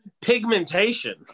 Pigmentation